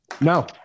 No